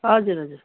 हजुर हजुर